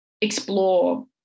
explore